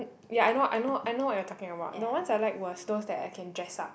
um ya I know I know I know what you're talking about the ones I like was those that I can dress up